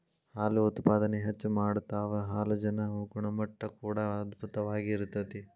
ಹಾಲು ಉತ್ಪಾದನೆ ಹೆಚ್ಚ ಮಾಡತಾವ ಹಾಲಜನ ಗುಣಮಟ್ಟಾ ಕೂಡಾ ಅಧ್ಬುತವಾಗಿ ಇರತತಿ